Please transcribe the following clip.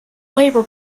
labor